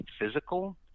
physical